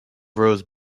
rose